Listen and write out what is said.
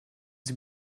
sie